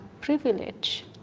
privilege